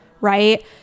right